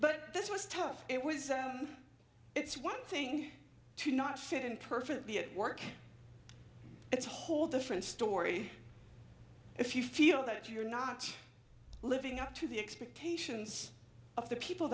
but this was tough it was it's one thing to not fit in perfectly at work it's a whole different story if you feel that you're not living up to the expectations of the people